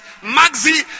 maxi